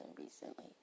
recently